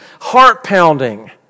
heart-pounding